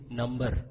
number